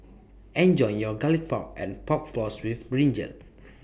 Enjoy your Garlic Pork and Pork Floss with Brinjal